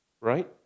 Right